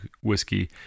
whiskey